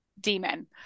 demon